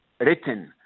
written